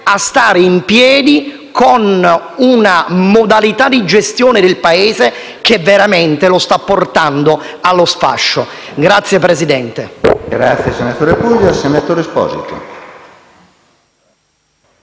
a stare in piedi con una modalità di gestione del Paese che veramente lo sta portando allo sfascio. *(Applausi della